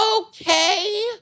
Okay